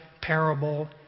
parable